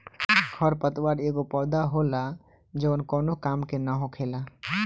खर पतवार एगो पौधा होला जवन कौनो का के न हो खेला